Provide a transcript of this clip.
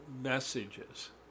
messages